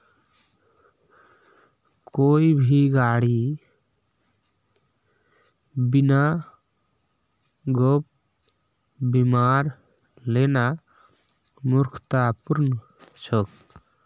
कोई भी गाड़ी बिना गैप बीमार लेना मूर्खतापूर्ण छेक